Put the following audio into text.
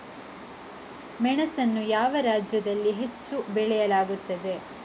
ಮೆಣಸನ್ನು ಯಾವ ರಾಜ್ಯದಲ್ಲಿ ಹೆಚ್ಚು ಬೆಳೆಯಲಾಗುತ್ತದೆ?